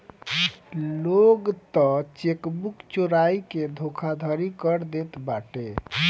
लोग तअ चेकबुक चोराई के धोखाधड़ी कर देत बाटे